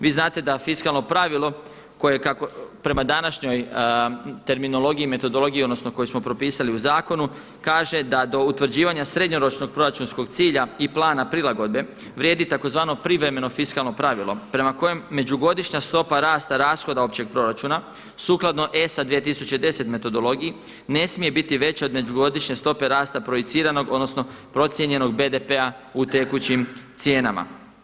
Vi znate da fiskalno pravilo koje kako prema današnjoj terminologiji i metodologiji, odnosno koji smo propisali u zakonu kaže da do utvrđivanja srednjoročnog proračunskog cilja i plana prilagodbe vrijedi tzv. privremeno fiskalno pravilo prema kojem međugodišnja stopa rasta, rashoda općeg proračuna sukladno ESA 2010. metodologiji ne smije biti veća od međugodišnje stope rasta projiciranog, odnosno procijenjenog BDP-a u tekućim cijenama.